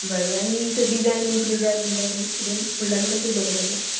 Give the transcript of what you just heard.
बरें आनी sir design बी कितें जाय तुमकां खंय कितें फुडल्यान कशें बरोवपाचें